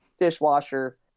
dishwasher